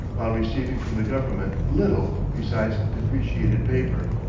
while receiving from the government little besides depreciated paper.